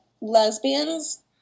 lesbians